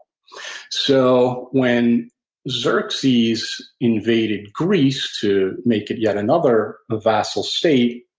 so when xerxes invaded greece to make it yet another vassal state,